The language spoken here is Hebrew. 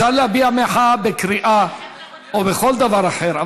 אפשר להביע מחאה בקריאה או בכל דבר אחר,